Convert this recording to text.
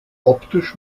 optisch